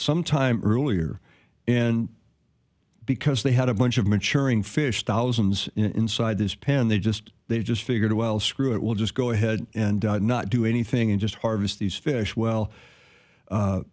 some time earlier in because they had a bunch of maturing fish thousands inside this pen they just they just figured well screw it will just go ahead and not do anything and just harvest these fish well